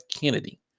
Kennedy